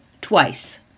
twice